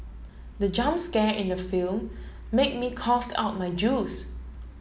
the jump scare in the film made me coughed out my juice